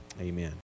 amen